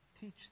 Teach